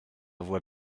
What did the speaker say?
voix